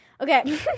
Okay